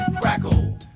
crackle